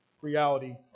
reality